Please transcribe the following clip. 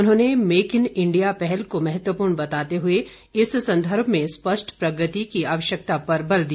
उन्होंने Make in India पहल को महत्वपूर्ण बताते हुए इस संदर्भ में स्पष्ट प्रगति की आवश्यकता पर बल दिया